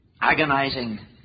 Agonizing